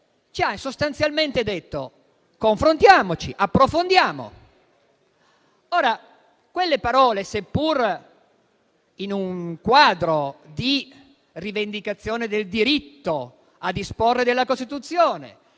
ci ha sostanzialmente detto: confrontiamoci, approfondiamo. Quelle parole, seppur in un quadro di rivendicazione del diritto a disporre della Costituzione